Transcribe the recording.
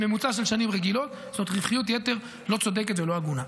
לממוצע של שנים אחרונות זו רווחיות יתר לא צודקת ולא הגונה.